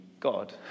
God